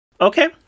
okay